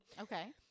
Okay